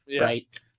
right